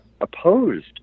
opposed